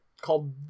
called